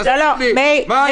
מאיר.